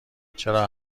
چرا